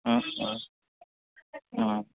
অঁ অঁ অঁ